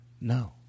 no